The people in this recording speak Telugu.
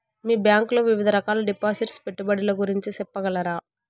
మీ బ్యాంకు లో వివిధ రకాల డిపాసిట్స్, పెట్టుబడుల గురించి సెప్పగలరా?